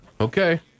Okay